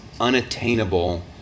unattainable